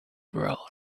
world